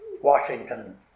Washington